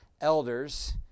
elders